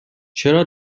چرا